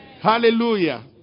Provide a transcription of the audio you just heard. Hallelujah